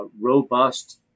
robust